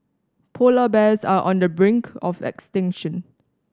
polar bears are on the brink of extinction